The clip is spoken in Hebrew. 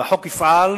והחוק יפעל,